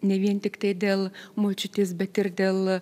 ne vien tiktai dėl močiutės bet ir dėl